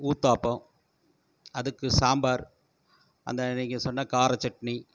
ஊத்தாப்பம் அதுக்கு சாம்பார் அந்த நீங்கள் சொன்ன கார சட்னி